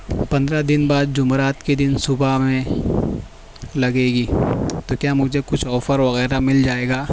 پندرہ دن بعد جمعرات کے دن صبح میں لگے گی تو کیا مجھے کچھ آفر وغیرہ مل جائے گا